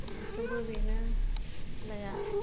सानफ्रोमबो बेनो खेलाया